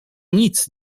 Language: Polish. nic